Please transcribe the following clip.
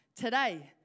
today